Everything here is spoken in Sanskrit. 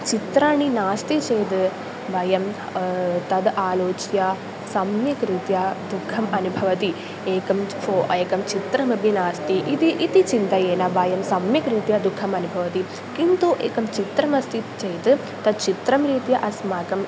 चित्राणि नास्ति चेत् वयं तत् आलोच्य सम्यक् रीत्या दुःखम् अनुभवति एकं फ़ो एकं चित्रमपि नास्ति इति इति चिन्तयेन वयं सम्यक् रीत्या दुःखम् अनुभवति किन्तु एकं चित्रमस्ति चेत् तच्चित्रं रीत्या अस्माकं